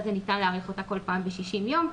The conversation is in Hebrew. זה ניתן להאריך אותה כל פעם ב-60 יום,